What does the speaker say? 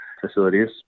facilities